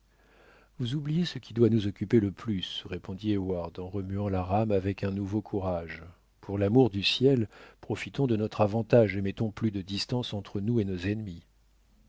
vous oubliez ce qui doit nous occuper le plus répondit heyward en remuant la rame avec un nouveau courage pour l'amour du ciel profitons de notre avantage et mettons plus de distance entre nous et nos ennemis